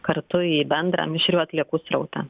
kartu į bendrą mišrių atliekų srautą